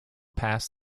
pass